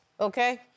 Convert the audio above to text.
okay